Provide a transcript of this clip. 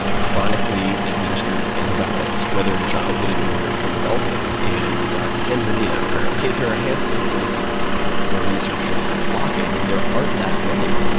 ah chronically administered antibiotics, whether in childhood or in adulthood. in tanzania apparently there are a handful of places where researchers are flocking, and there aren't that many.